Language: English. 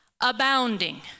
abounding